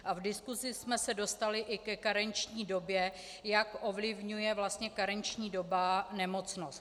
V diskusi jsme se dostali i ke karenční době, jak ovlivňuje karenční doba nemocnost.